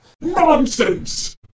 Nonsense